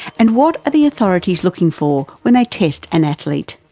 and what are the authorities looking for when they test an athlete?